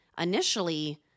Initially